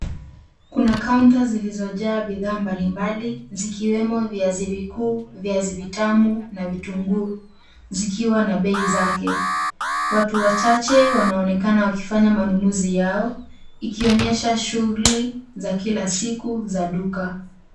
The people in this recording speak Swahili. Kuna kaunta zilizojaa bidhaa mbali mbali, zikiwemo viazi vikuu, viazi vitamu na vitunguu, zikiwa na bei zake. Watu wachache wanaonekana wakifanya manunuzi yao, ikionyesha shughuli za kila siku, za duka.